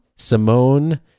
Simone